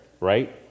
right